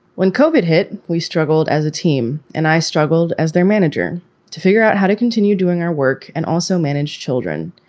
when cogat hit, we struggled as a team and i struggled as their manager to figure out how to continue doing our work and also manage children.